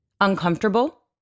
uncomfortable